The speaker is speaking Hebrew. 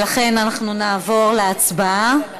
ולכן אנחנו נעבור להצבעה.